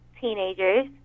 teenagers